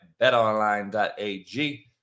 betonline.ag